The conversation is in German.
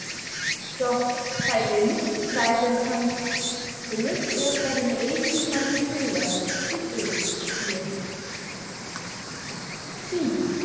doch falls ihr nicht zweifeln könnt so mögt ihr vor den rätseln meiner seele den ödipus spielen sie